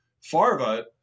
Farva